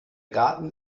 garten